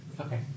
Okay